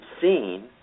seen